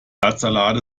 blattsalate